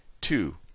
Two